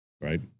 Right